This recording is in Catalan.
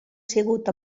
sigut